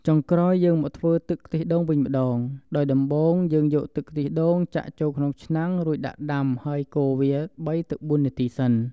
ចុងក្រោយយើងមកធ្វើទឹកខ្ទះដូងវិញម្តងដោយដំបូងយើងយកទឹកខ្ទះដូងចាក់ចូលក្នុងឆ្នាំងរួចដាក់ដាំហើយកូរវា ៣ ទៅ ៤ នាទីសិន។